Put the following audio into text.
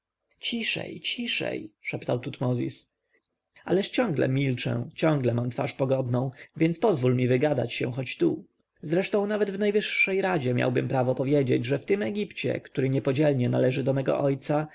ciszej ciszej szeptał tutmozis ależ ciągle milczę ciągle mam twarz pogodną więc pozwól mi się wygadać choć tu zresztą nawet w najwyższej radzie miałbym prawo powiedzieć że w tym egipcie który niepodzielnie należy do mego ojca